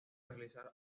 realizar